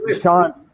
Sean